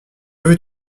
veux